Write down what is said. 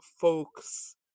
folks